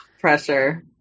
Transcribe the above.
pressure